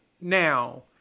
Now